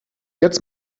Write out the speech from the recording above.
jetzt